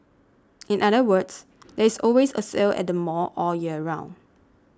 in other words there is always a sale at the mall all year round